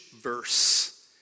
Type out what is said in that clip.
verse